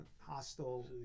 hostile